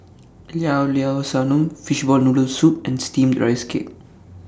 Llao Llao Sanum Fishball Noodle Soup and Steamed Rice Cake